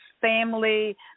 family